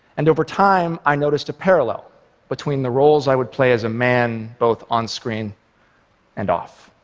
and over time, i noticed a parallel between the roles i would play as a man both on-screen and off.